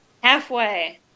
Halfway